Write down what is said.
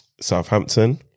Southampton